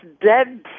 dead